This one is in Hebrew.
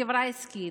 חברה עסקית,